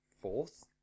fourth